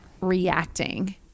reacting